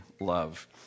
love